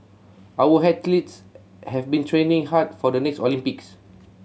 our athletes have been training hard for the next Olympics